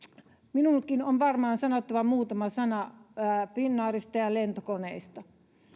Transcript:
minunkin on varmaan sanottava muutama sana finnairista ja ja lentokoneista